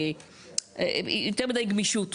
יותר מידי גמישות.